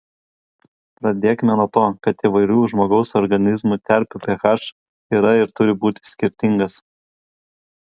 pradėkime nuo to kad įvairių žmogaus organizmo terpių ph yra ir turi būti skirtingas